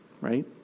Right